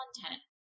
content